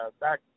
back